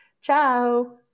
Ciao